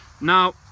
Now